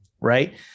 right